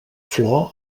flor